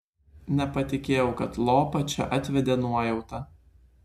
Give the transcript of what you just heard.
nepatikėjau kad lopą čia atvedė nuojauta